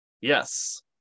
Yes